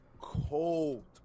cold